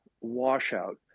washout